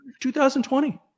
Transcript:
2020